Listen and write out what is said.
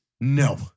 No